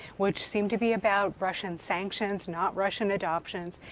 which seemed to be about russian sanctions, not russian adoptions,